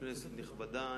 כנסת נכבדה,